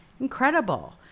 Incredible